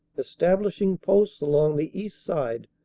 establishing posts along the east side,